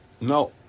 No